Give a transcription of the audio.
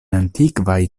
antikvaj